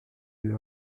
lui